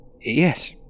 yes